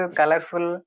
colorful